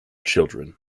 children